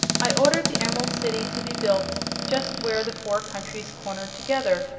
i ordered the emerald city to be built just where the four countries cornered together,